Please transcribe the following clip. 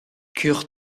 curt